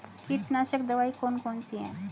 कीटनाशक दवाई कौन कौन सी हैं?